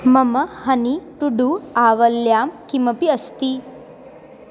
मम हनी टु डु आवल्यां किमपि अस्ति